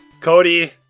Cody